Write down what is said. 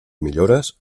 millores